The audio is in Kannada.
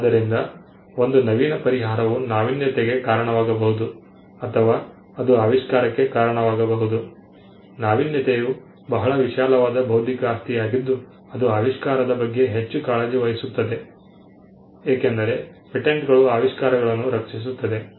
ಆದ್ದರಿಂದ ಒಂದು ನವೀನ ಪರಿಹಾರವು ನಾವೀನ್ಯತೆಗೆ ಕಾರಣವಾಗಬಹುದು ಅಥವಾ ಅದು ಆವಿಷ್ಕಾರಕ್ಕೆ ಕಾರಣವಾಗಬಹುದು ನಾವೀನ್ಯತೆಯು ಬಹಳ ವಿಶಾಲವಾದ ಬೌದ್ಧಿಕ ಆಸ್ತಿಯಾಗಿದ್ದು ಅದು ಆವಿಷ್ಕಾರದ ಬಗ್ಗೆ ಹೆಚ್ಚು ಕಾಳಜಿ ವಹಿಸುತ್ತದೆ ಏಕೆಂದರೆ ಪೇಟೆಂಟ್ಗಳು ಆವಿಷ್ಕಾರಗಳನ್ನು ರಕ್ಷಿಸುತ್ತದೆ